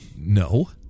No